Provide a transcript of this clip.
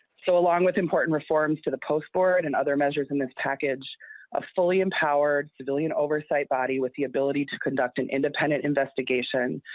so along with important reforms to the post for it and other measures in the package of fully empowered civilian oversight body with the ability to conduct an independent investigation.